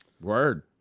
word